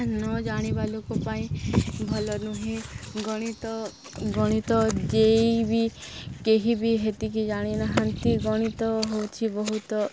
ନ ଜାଣିବା ଲୋକ ପାଇଁ ଭଲ ନୁହେଁ ଗଣିତ ଗଣିତ ଯେଇବି କେହି ବି ହେତିକି ଜାଣିନାହାନ୍ତି ଗଣିତ ହଉଛି ବହୁତ